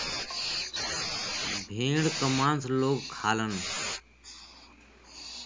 भेड़ क मांस लोग खालन